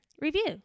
review